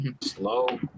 Slow